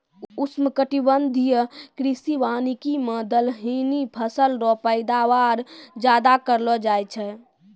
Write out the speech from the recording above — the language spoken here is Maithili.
उष्णकटिबंधीय कृषि वानिकी मे दलहनी फसल रो पैदावार ज्यादा करलो जाय छै